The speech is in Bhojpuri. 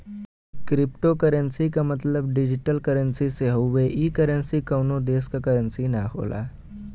क्रिप्टोकोर्रेंसी क मतलब डिजिटल करेंसी से हउवे ई करेंसी कउनो देश क करेंसी न होला